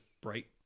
bright